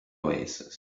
oasis